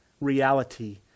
reality